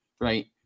Right